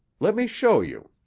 let me show you.